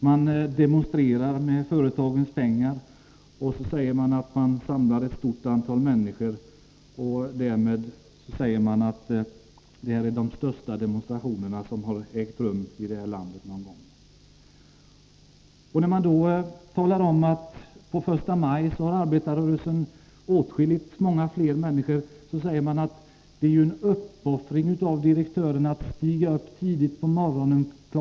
Man demonstrerar med företagens pengar och säger att det är de största demonstrationer som har ägt rum här i landet någonsin. När vi då talar om att arbetarrörelsen första maj har åtskilligt många fler människor som demonstrerar säger man: Det är ju en uppoffring av direktörerna att stiga upp så tidigt på morgonen, kl.